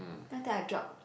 then after that I drop